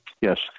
yes